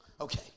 Okay